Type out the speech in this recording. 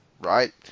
right